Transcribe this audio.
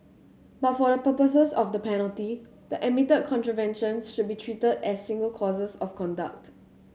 but for the purposes of the penalty the admitted contraventions should be treated as single courses of conduct